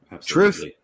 truth